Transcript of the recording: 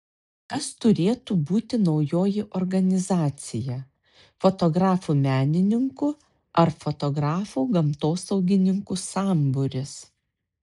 kas turėtų būti naujoji organizacija fotografų menininkų ar fotografų gamtosaugininkų sambūris